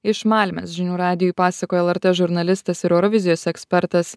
iš malmės žinių radijui pasakojo lrt žurnalistas ir eurovizijos ekspertas